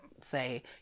say